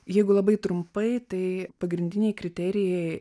jeigu labai trumpai tai pagrindiniai kriterijai